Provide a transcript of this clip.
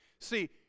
See